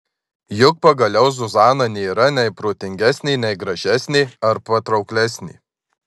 juk pagaliau zuzana nėra nei protingesnė nei gražesnė ar patrauklesnė